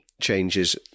changes